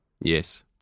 Yes